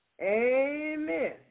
Amen